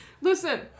Listen